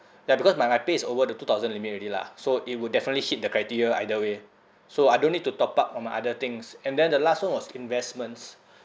ya because my my pay is over the two thousand limit already lah so it would definitely hit the criteria either way so I don't need to top up for my other things and then the last [one] was investments